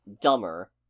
dumber